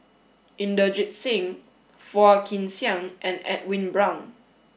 Inderjit Singh Phua Kin Siang and Edwin Brown